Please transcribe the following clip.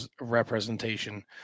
representation